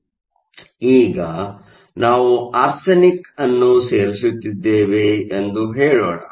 ಆದ್ದರಿಂದ ಈಗ ನಾವು ಆರ್ಸೆನಿಕ್ ಅನ್ನು ಸೇರಿಸುತ್ತಿದ್ದೇವೆ ಎಂದು ಹೇಳೋಣ